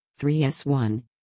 3s1